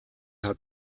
hat